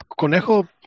Conejo